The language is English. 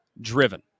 driven